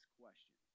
question